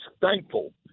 thankful